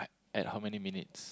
at how many minutes